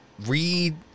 Read